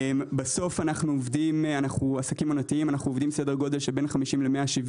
אנחנו עסקים עונתיים שעובדים בין 150 ל-170